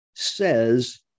says